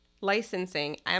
licensing